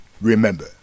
remember